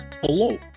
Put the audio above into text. Hello